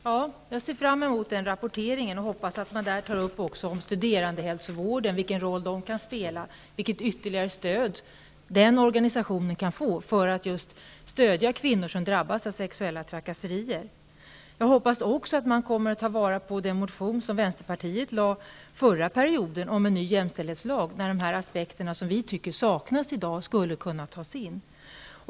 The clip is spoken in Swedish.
Herr talman! Jag ser fram mot den rapporteringen och hoppas att man där också tar upp frågan om studerandehälsovården, vilken roll den kan spela och vilket ytterligare stöd den organisationen kan få för att stödja kvinnor som drabbas av sexuella trakasserier. Jag hoppas också att man kommer att ta vara på den motion som Vänsterpartiet skrev förra perioden om en ny jämställdhetslag där de aspekter som vi tycker saknas i dag skulle kunna tas in.